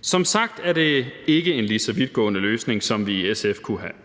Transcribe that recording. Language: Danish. Som sagt er det ikke en lige så vidtgående løsning, som vi i SF kunne have